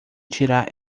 tirar